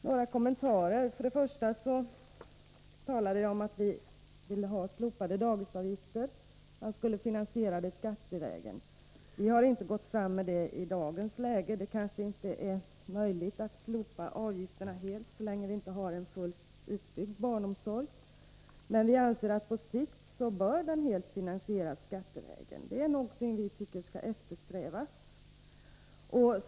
Några kommentarer: Jag sade att vi vill slopa daghemsavgifterna. Man kan finansiera detta skattevägen. Vi har inte gått fram med det kravet i dagens läge. Det kanske inte är möjligt att slopa avgifterna helt, så länge vi inte har en fullt utbyggd barnomsorg. Men vi anser att barnomsorgen på sikt bör helt finansieras skattevägen. Det är någonting vi tycker skall eftersträvas.